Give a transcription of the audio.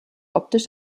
optisch